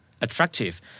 attractive